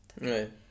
Right